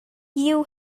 you